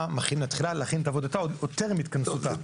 מתחילה להכניס את עבודתה עוד טרם התכנסותה.